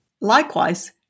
Likewise